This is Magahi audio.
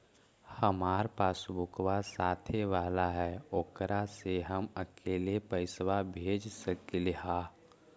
हमार पासबुकवा साथे वाला है ओकरा से हम अकेले पैसावा भेज सकलेहा?